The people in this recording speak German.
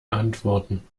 antworten